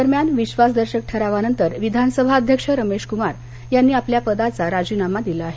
दरम्यान विश्वास दर्शक ठरावानंतर विधानसभाध्यक्ष रमेश कुमार यांनी आपल्या पदाचा राजीनामा दिला आहे